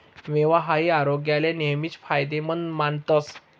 मेवा हाई आरोग्याले नेहमीच फायदेमंद मानतस